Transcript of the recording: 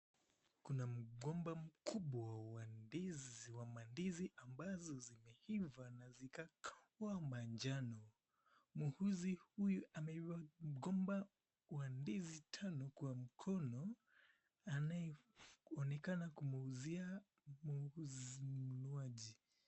Kuna mgomba mkubwa wa ndizi ambazo zimeiva na zikakua manjano. Muuzi huyu ameinua mgomba wa ndizi tano kwa mkono. Anaonekana kuuzia mnunuaji.